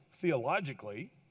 theologically